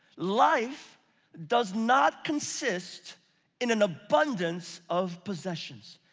life does not consist in an abundance of possessions.